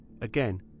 Again